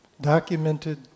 documented